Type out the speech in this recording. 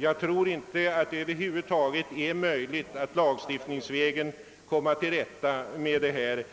Jag tror inte att det över huvud taget är möjligt att lagstiftningsvägen komma till rätta med problemet;